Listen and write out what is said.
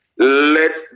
Let